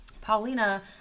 Paulina